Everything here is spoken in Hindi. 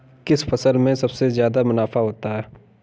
किस फसल में सबसे जादा मुनाफा होता है?